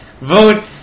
vote